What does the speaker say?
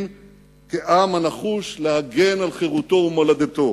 כעם הנחוש להגן על חירותו ומולדתו.